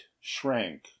shrank